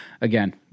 Again